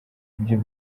ibyo